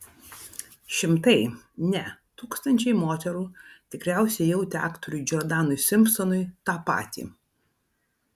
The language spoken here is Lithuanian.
šimtai ne tūkstančiai moterų tikriausiai jautė aktoriui džordanui simpsonui tą patį